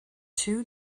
two